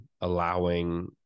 allowing